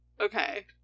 Okay